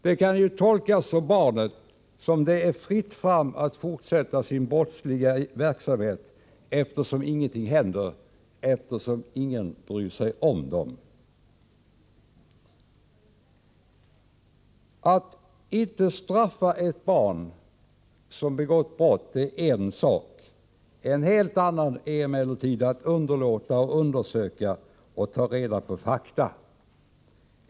Det kan ju tolkas av barnet som att det är fritt fram att fortsätta den brottsliga verksamheten, eftersom ingenting händer, eftersom ingen bryr sig om det. Att inte straffa ett barn som begått brott är en sak. En helt annan är att underlåta att undersöka och ta reda på fakta.